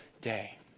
day